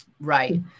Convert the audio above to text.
Right